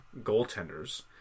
goaltenders